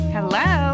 Hello